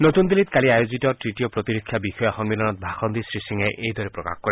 নতুন দিল্লীত কালি আয়োজিত ত়তীয় প্ৰতিৰক্ষা বিষয়া সমিলনত ভাষণ দি শ্ৰী সিঙে এইদৰে প্ৰকাশ কৰে